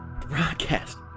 Broadcast